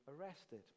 arrested